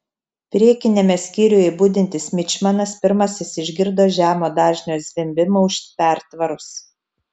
priekiniame skyriuje budintis mičmanas pirmasis išgirdo žemo dažnio zvimbimą už pertvaros